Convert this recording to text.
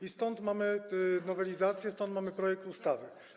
I stąd mamy nowelizację, stąd mamy projekt ustawy.